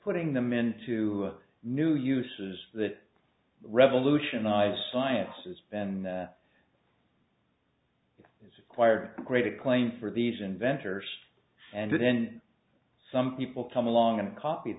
putting them into new uses that revolutionize science has been it's acquired great acclaim for these inventors and then some people come along and cop